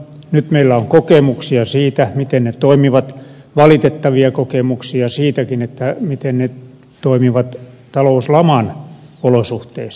nyt meillä on kokemuksia siitä miten ne toimivat valitettavia kokemuksia siitäkin miten ne toimivat talouslaman olosuhteissa